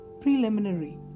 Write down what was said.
PRELIMINARY